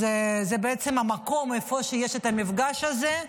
אז זה המקום, איפה שיש את המפגש הזה.